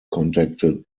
contacted